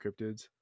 cryptids